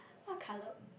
what colour